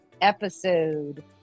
episode